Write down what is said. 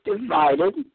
divided